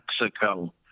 Mexico